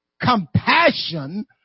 Compassion